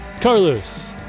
Carlos